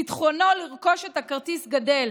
ביטחונו לרכוש את הכרטיס גדל.